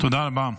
תודה רבה.